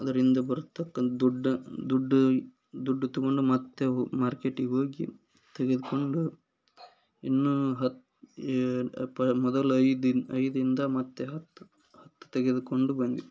ಅದರಿಂದ ಬರೋ ತಕ್ಕನ್ ದುಡಿದು ದುಡ್ಡು ದುಡ್ಡು ತೊಗೊಂಡು ಮತ್ತೆ ಹೋ ಮಾರ್ಕೆಟಿಗೆ ಹೋಗಿ ತೆಗೆದುಕೊಂಡು ಇನ್ನೂ ಹತ್ತು ಏಳು ಮೊದಲು ಐದಿನ್ ಐದರಿಂದ ಮತ್ತೆ ಹತ್ತು ಹತ್ತು ತೆಗೆದುಕೊಂಡು ಬಂದ್ವಿ